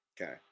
Okay